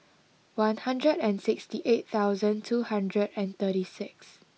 one hundred and sixty eight thousand two hundred and thirty six